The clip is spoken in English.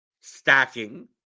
stacking